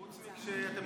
חוץ מכשאתם רוצים,